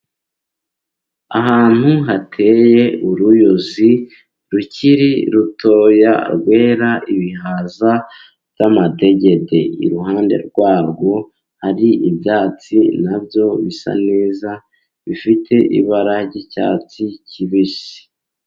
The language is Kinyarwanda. Ahantu hateye uruyuzi rukiri rutoya, rwera ibihaza by'amadegede. Iruhande rwarwo hari ibyatsi na byo bisa neza, bifite ibara ry'icyatsi kibisi.